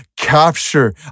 capture